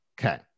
Okay